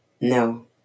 No